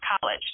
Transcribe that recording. College